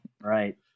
right